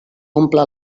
omple